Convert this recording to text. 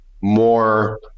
more